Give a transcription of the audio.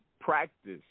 practice